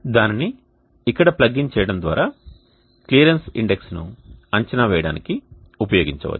దానిని ఇక్కడ plug in చేయడం ద్వారా క్లియరెన్స్ ఇండెక్స్ను అంచనా వేయడానికి ఉపయోగించవచ్చు